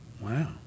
Wow